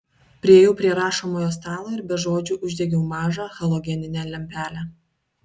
priėjau prie rašomojo stalo ir be žodžių uždegiau mažą halogeninę lempelę